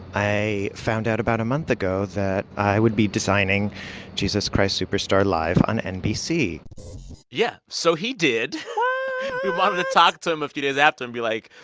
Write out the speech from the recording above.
i found out about a month ago that i would be designing jesus christ superstar live on nbc yeah. so he did what? we wanted to talk to him a few days after and be like,